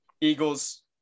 Eagles